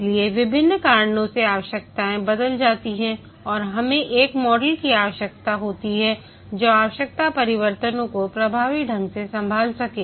इसलिए विभिन्न कारणों से आवश्यकताएं बदल जाती हैं और हमें एक मॉडल की आवश्यकता होती है जो आवश्यकता परिवर्तनों को प्रभावी ढंग से संभाल सके